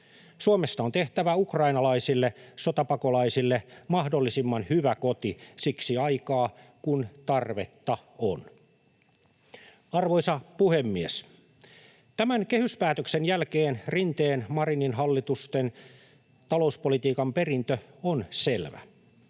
Suomesta on tehtävä ukrainalaisille sotapakolaisille mahdollisimman hyvä koti siksi aikaa, kun tarvetta on. Arvoisa puhemies! Tämän kehyspäätöksen jälkeen Rinteen—Marinin hallitusten talouspolitiikan perintö on selvä.